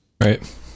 Right